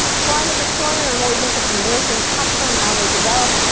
so i'm a historian, i'm always interested in where things come from, how they developed,